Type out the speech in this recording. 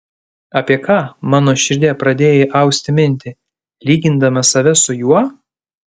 apie ką mano širdie pradėjai austi mintį lygindama save su juo